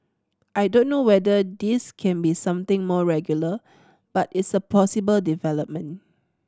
I don't know whether this can be something more regular but it's a possible development